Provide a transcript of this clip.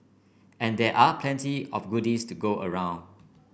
and there are plenty of goodies to go around